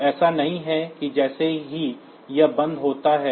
तो ऐसा नहीं है कि जैसे ही यह बंद होता है